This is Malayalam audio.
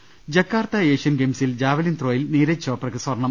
ദൃഭ ജക്കാർത്ത ഏഷ്യൻ ഗെയിംസിൽ ജാവലിൻ ത്രോയിൽ നീരജ് ചോപ്രയ്ക്ക് സ്വർണം